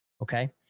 okay